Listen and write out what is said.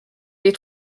les